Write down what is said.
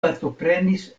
partoprenis